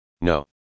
No